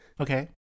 Okay